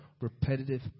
repetitive